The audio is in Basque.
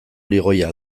ligoia